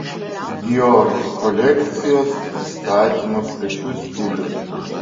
dior kolekcijos pristatymo svečių stilius